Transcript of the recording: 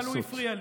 אבל הוא הפריע לי.